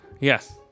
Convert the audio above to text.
Yes